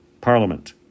parliament